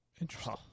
Interesting